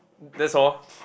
that's all